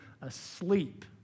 asleep